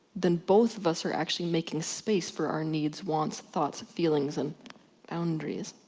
then both of us are actually making space for our needs, wants, thoughts, feelings and boundaries.